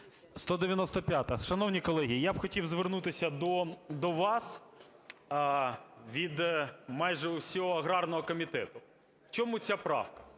195-а. Шановні колеги, я б хотів звернутися до вас від майже усього аграрного комітету. В чому ця правка?